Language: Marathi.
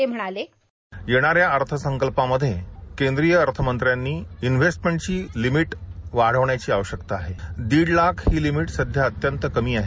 ते म्हणाले की या अर्थसंकल्पामध्ये केंद्रीय अर्थमंत्र्यांनी इन्वेस्टर्मेटची लिमीट वाढवण्याची आवश्यक आख ही लिमीट सध्या अत्यंत कमी आहे